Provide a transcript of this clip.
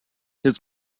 his